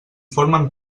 formen